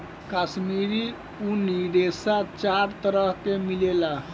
काश्मीरी ऊनी रेशा चार तरह के मिलेला